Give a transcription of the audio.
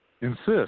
insist